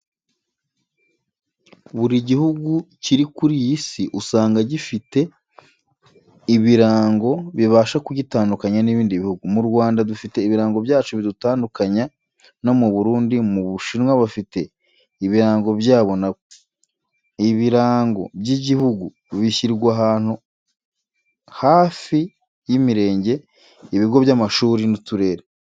Buri gihugu kiri kuri iyi Si usanga gifite ibirango bibasha kugitandukanya n'ibindi bihugu. Mu Rwanda dufite ibirango byacu bidutandukanya no mu Burundi, mu Bushinwa bafite ibirango byabo nabo. Ibirango by'igihugu bishyirwa ahantu hafi y'imirenge, ibigo by'amashuri n'uturere.